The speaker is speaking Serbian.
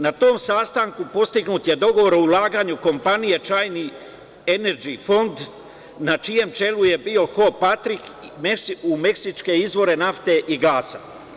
Na tom sastanku postignut je dogovor o ulaganju kompanije „Čajna enerdži fond“, na čijem čelu je bio Ho Patrik, u meksičke izvore nafte i gasa.